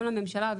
גם לממשלה,